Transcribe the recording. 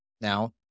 now